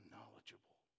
knowledgeable